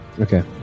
Okay